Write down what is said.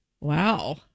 wow